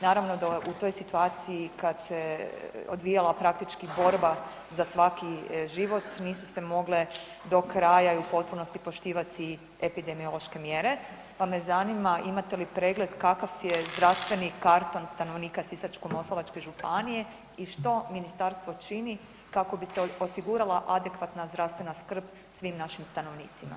Naravno da u toj situaciji kad se odvijala praktički borba za svaki život, nisu se mogle do kraja i u potpunosti poštivati epidemiološke mjere pa me zanima imate li pregled kakav je zdravstveni karton stanovnika Sisačko-moslavačke županije i što ministarstvo čini kako bi se osigurala adekvatna zdravstvena skrb svim našim stanovnicima?